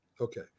Okay